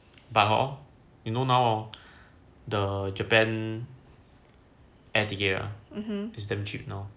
but hor you know now hor the japan air ticket right it's damn cheap now